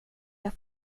jag